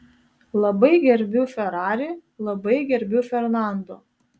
labai gerbiu ferrari labai gerbiu fernando